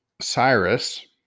Cyrus